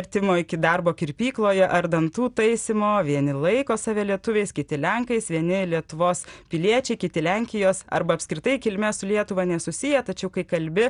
vertimo iki darbo kirpykloje ar dantų taisymo vieni laiko save lietuviais kiti lenkais vieni lietuvos piliečiai kiti lenkijos arba apskritai kilme su lietuva nesusiję tačiau kai kalbi